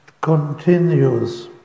continues